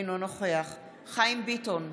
אינו נוכח חיים ביטון,